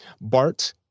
Bart